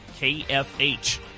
KFH